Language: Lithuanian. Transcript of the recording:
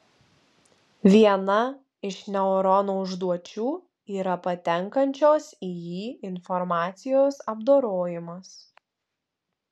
viena iš neurono užduočių yra patenkančios į jį informacijos apdorojimas